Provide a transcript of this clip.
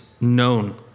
known